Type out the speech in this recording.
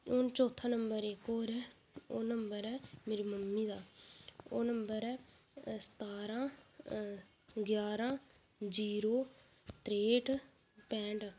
हून चौथा नम्बर इक होर ऐ ओह् नम्बर ऐ मेरी मम्मी दा ओह् नम्बर ऐ सतारां ञारां जीरो त्रेंह्ठ पैंह्ठ